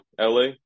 LA